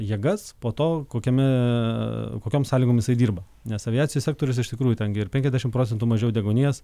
jėgas po to kokiame kokiom sąlygom jisai dirba nes aviacijos sektorius iš tikrųjų tengi ir penkiasdešim procentų mažiau deguonies